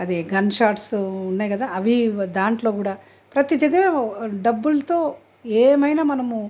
అది గన్షాట్స్ ఉన్నాయి కదా అవి దాంట్లో కూడా ప్రతీ దగ్గర డబ్బులతో ఏమైనా మనము